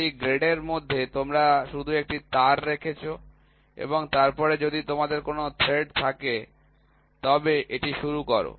২ টি থ্রেডের মধ্যে তোমরা শুধু একটি তার রেখেছ এবং তারপরে যদি তোমাদের কোনও থ্রেড থাকে তবে এটি শুরু কর